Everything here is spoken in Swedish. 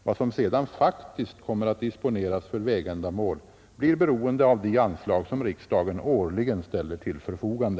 Vad som sedan faktiskt kommer att disponeras för vägändamål blir beroende av de anslag som riksdagen årligen ställer till förfogande.